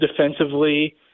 defensively